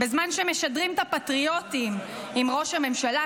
בזמן שמשדרים את הפטריוטים עם ראש הממשלה,